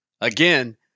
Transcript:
Again